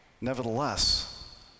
Nevertheless